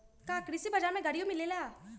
का कृषि बजार में गड़ियो मिलेला?